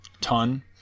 ton